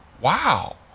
wow